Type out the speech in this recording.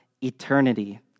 eternity